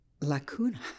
lacuna